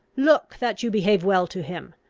look that you behave well to him.